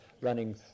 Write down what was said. running